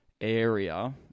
area